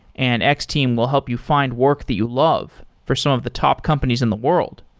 and x-team will help you find work that you love for some of the top companies in the world.